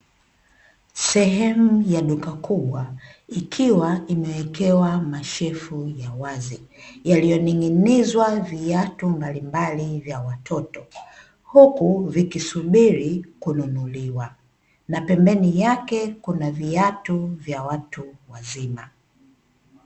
Sehemu ya duka kubwa, ikiwa imewekewa mashelfu ya wazi yaliyoning'inizwa viatu mbalimbali vya watoto, huku vikisubiri kununuliwa na pembeni yake kuna viatu vya watu wazima.